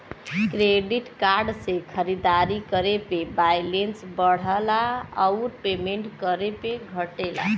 credit card से खरीदारी करे पे बैलेंस बढ़ला आउर पेमेंट करे पे घटला